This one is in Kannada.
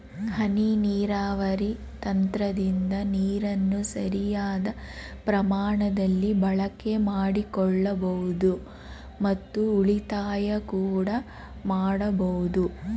ಹನಿ ನೀರಾವರಿ ತಂತ್ರದಿಂದ ನೀರನ್ನು ಸರಿಯಾದ ಪ್ರಮಾಣದಲ್ಲಿ ಬಳಕೆ ಮಾಡಿಕೊಳ್ಳಬೋದು ಮತ್ತು ಉಳಿತಾಯ ಕೂಡ ಮಾಡಬೋದು